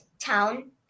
Town